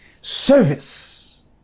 service